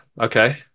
okay